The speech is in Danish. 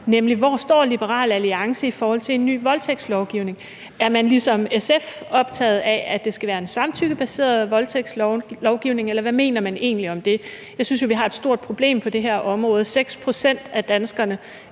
nemlig: Hvor står Liberal Alliance i forhold til en ny voldtægtslovgivning? Er man ligesom SF optaget af, at det skal være en samtykkebaseret voldtægtslovgivning, eller hvad mener man egentlig om det? Jeg synes jo, at vi har et stort problem på det her område. 6 pct. af danskerne